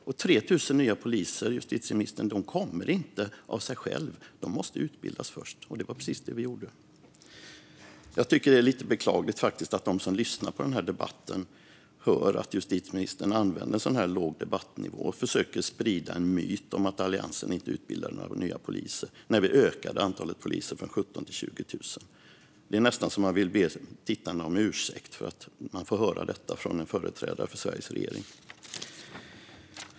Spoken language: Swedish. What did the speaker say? Och 3 000 nya poliser, justitieministern, kommer inte av sig själva. De måste utbildas först, och det var precis det vi gjorde. Jag tycker faktiskt att det är lite beklagligt att de som lyssnar på debatten hör att justitieministern har en sådan här låg debattnivå och att han försöker sprida en myt om att Alliansen inte utbildade några nya poliser när vi ökade antalet poliser från 17 000 till 20 000. Det är nästan så att man vill be tittarna om ursäkt för att de får höra detta från en företrädare för Sveriges regering.